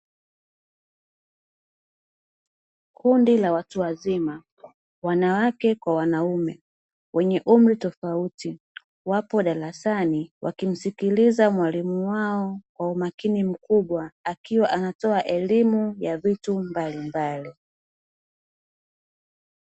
Kundi la watu wazima wanawake kwa wanaume wenye umri tofauti, wapo darasani wakimsikiliza mwalimu wao kwa umakini mkubwa, akiwa anatoa elimu ya vitu mbalimbali.